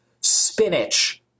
spinach